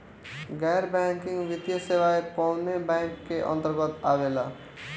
गैर बैंकिंग वित्तीय सेवाएं कोने बैंक के अन्तरगत आवेअला?